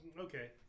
okay